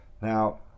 Now